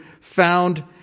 found